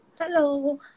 Hello